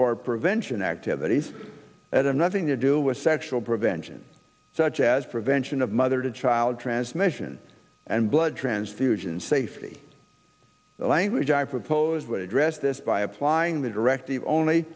for prevention activities that are nothing to do with sexual prevention such as prevention of mother to child transmission and blood transfusion safety language i propose we address this by applying the directive only